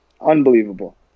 Unbelievable